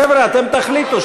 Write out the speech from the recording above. חבר'ה, אתם תחליטו.